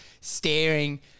staring